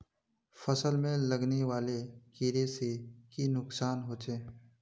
फसल में लगने वाले कीड़े से की नुकसान होचे?